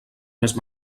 més